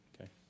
Okay